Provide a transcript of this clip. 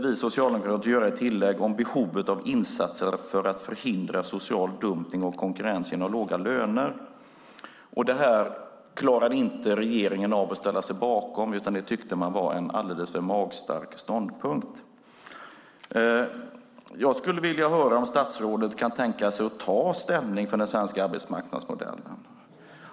Vi socialdemokrater ville göra ett tillägg om behovet av insatser för att förhindra social dumpning och konkurrens genom låga löner. Detta klarade inte regeringen av att ställa sig bakom, utan man tyckte att det var en alldeles för magstark ståndpunkt. Kan statsrådet tänka sig att ta ställning för den svenska arbetsmarknadsmodellen?